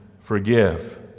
forgive